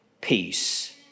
peace